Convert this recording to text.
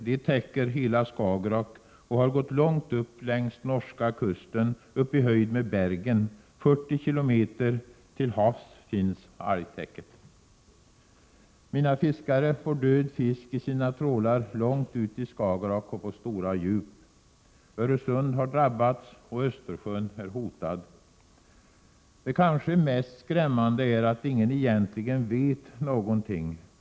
De täcker hela Skagerrak och har gått långt upp längs norska kusten, upp i höjd med Bergen; 40 km ut till havs finns algtäcket. Mina fiskare får död fisk i sina trålar långt ute i Skagerrak och på stora djup. Öresund har drabbats och Östersjön är hotad. Det kanske mest skrämmande är att ingen egentligen vet någonting.